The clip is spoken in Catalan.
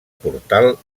portal